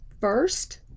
first